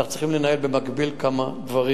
אנחנו צריכים לנהל במקביל כמה דברים,